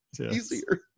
easier